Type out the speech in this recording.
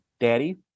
Daddy